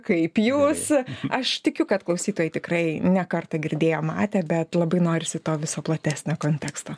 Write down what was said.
kaip jūs aš tikiu kad klausytojai tikrai ne kartą girdėjo matė bet labai norisi to viso platesnio konteksto